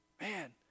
Man